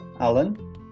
Alan